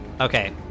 okay